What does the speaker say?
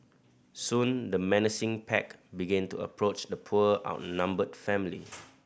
soon the menacing pack begin to approach the poor outnumbered family